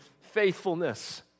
faithfulness